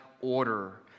order